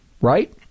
right